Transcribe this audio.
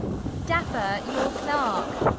dapper, your clerk.